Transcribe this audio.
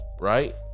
Right